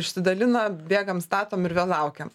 išsidalina bėgam statom ir vėl laukiam